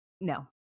no